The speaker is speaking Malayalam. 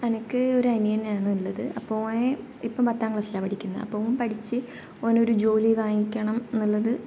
അനക്ക് ഒരു അനിയനാണ് ഉള്ളത് അപ്പോൾ ഓൻ ഇപ്പം പത്താം ക്ലാസ്സിലാണ് പഠിക്കുന്നത് അപ്പോൾ ഓൻ പഠിച്ച് ഓൻ ഒരു ജോലി വാങ്ങിക്കണം എന്നുള്ളത്